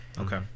Okay